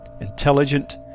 intelligent